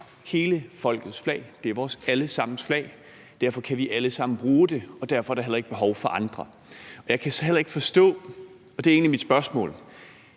hele folkets flag; det er vores alle sammens flag. Derfor kan vi alle sammen bruge det, og derfor er der heller ikke behov for andre flag. Men der var noget i slutningen af ordførerens